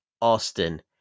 Austin